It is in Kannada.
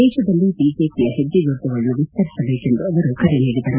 ದೇಶದಲ್ಲಿ ಬಿಜೆಪಿಯ ಹೆಜ್ಜೆಗುರುತುಗಳನ್ನು ವಿಸ್ತರಿಸಬೇಕೆಂದು ಅವರು ಕರೆ ನೀಡಿದರು